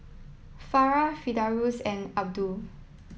Farah Firdaus and Abdul